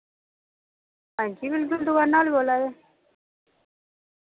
हांजी बिल्कुल दुकाना दा बोल्ला दे